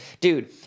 Dude